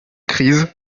crise